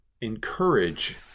encourage